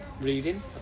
reading